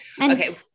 Okay